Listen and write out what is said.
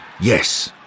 Yes